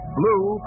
blue